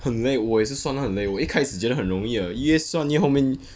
很累我也是算到很累我一开始觉得很容易的越算越后面